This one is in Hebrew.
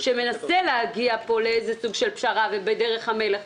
שמנסה להגיע פה לאיזה סוג של פשרה בדרך המלך,